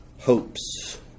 hopes